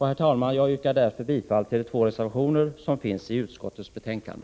Herr talman! Jag yrkar bifall till de två reservationer som finns i utskottets betänkande.